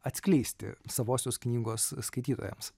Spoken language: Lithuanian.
atskleisti savosios knygos skaitytojams